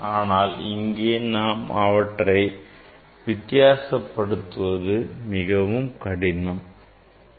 ஆனால் இங்கே நாம் அவற்றை வித்தியாசப்படுத்துவது மிகவும் கடினமானதாகும்